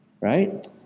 right